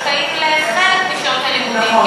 הם זכאים לחלק משעות הלימודים,